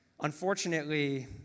unfortunately